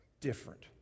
different